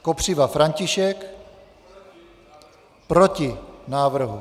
Kopřiva František: Proti návrhu.